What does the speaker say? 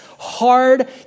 hard